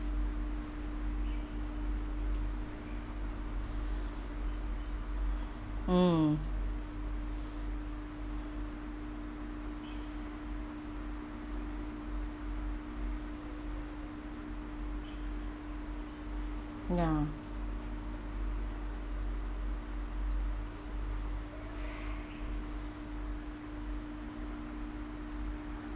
mm ya